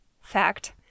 fact